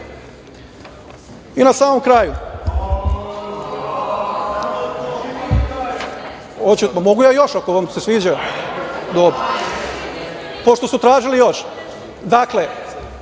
samom kraju…Mogu ja još ako vam se sviđa. Dobro, pošto su tražili još. Dakle,